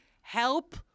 help